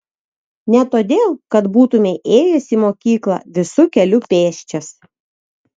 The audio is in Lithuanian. ne todėl kad būtumei ėjęs į mokyklą visu keliu pėsčias